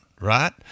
Right